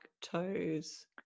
toes